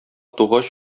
тугач